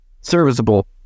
serviceable